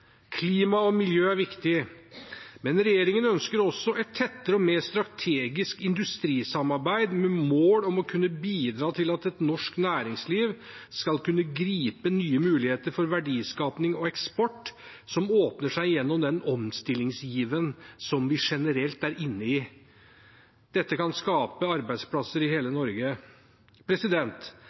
Klima og miljø er viktig. Regjeringen ønsker også et tettere og mer strategisk industrisamarbeid med mål om å kunne bidra til at et norsk næringsliv skal kunne gripe nye muligheter for verdiskaping og eksport som åpner seg gjennom den omstillingsgiven som vi generelt er inne i. Dette kan skape arbeidsplasser i hele Norge.